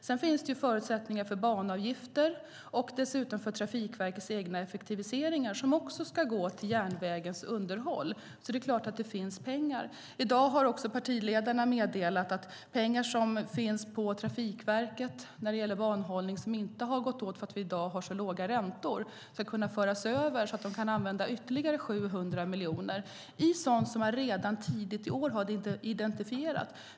Sedan finns det förutsättningar för banavgifter och dessutom för Trafikverkets egna effektiviseringar, som också ska gå till järnvägens underhåll. Det finns således pengar. I dag har partiledarna meddelat att pengar som finns vid Trafikverket för banhållning, och som inte har gått åt för att vi i dag har så låga räntor, ska kunna föras över så att ytterligare 700 miljoner kan användas till sådant som redan tidigt i år har identifierats.